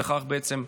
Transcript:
וכך בעצם,